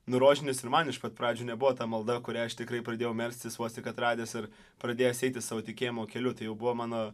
nu rožinis ir man iš pat pradžių nebuvo ta malda kurią aš tikrai pradėjau melstis vos tik atradęs ir pradėjęs eiti savo tikėjimo keliu tai jau buvo mano